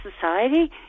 society